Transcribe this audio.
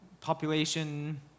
Population